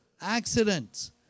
accidents